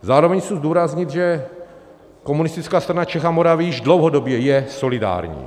Zároveň chci zdůraznit, že Komunistická strana Čech a Moravy již dlouhodobě je solidární.